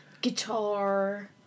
guitar